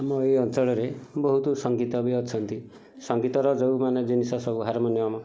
ଆମ ଏଇ ଅଞ୍ଚଳରେ ବହୁତ ସଙ୍ଗୀତ ବି ଅଛନ୍ତି ସଙ୍ଗୀତର ଯେଉଁ ମାନେ ଜିନିଷ ସବୁ ହାର୍ମୋନିୟମ୍